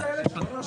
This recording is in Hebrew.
זה לא מכובד.